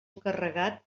encarregat